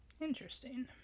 Interesting